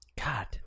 God